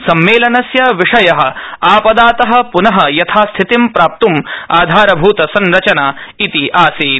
सम्मेलनस्य विषय आपदात पुन यथास्थितिं प्राप्तुं आधारभूत संरचना इति आसीत्